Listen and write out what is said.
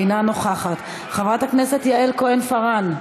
אינה נוכחת, חברת הכנסת יעל כהן-פארן,